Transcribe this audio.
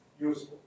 useful